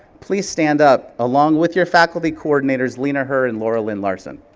please stand up along with your faculty coordinators, leena her and lauralyn larsen.